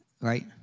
Right